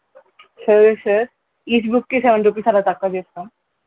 సరే sir each బుక్కి seven rupees అలా తక్కువగా చేస్తాం